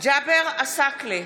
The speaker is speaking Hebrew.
ג'אבר עסאקלה,